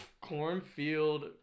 Cornfield